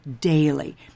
daily